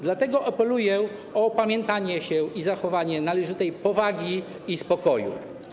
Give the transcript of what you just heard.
Dlatego apeluję o opamiętanie się i zachowanie należytej powagi i spokoju.